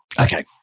Okay